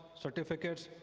certificates,